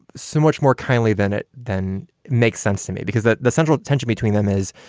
so much more kindly than it then makes sense to me, because the the central tension between them is,